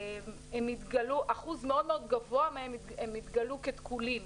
אחוז מאוד גבוה מהם התגלו כתקולים,